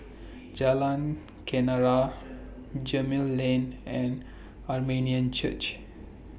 Jalan Kenarah Gemmill Lane and Armenian Church